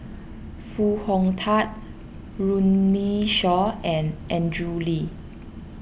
Foo Hong Tatt Runme Shaw and Andrew Lee